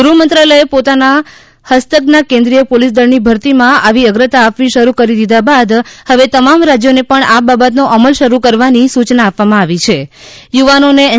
ગૃહ મંત્રાલયે પોતાના હસ્તકના કેન્દ્રિય પોલિસ દળની ભરતીમાં આવી અગ્રતા આપવી શરૂ કરી દીધા બાદ હવે તમામ રાજ્યોને પણ આ બાબતનો અમલ કરવાની સૂચના આપવામાં આવી છે યુવાનો ને એન